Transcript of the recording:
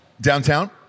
Downtown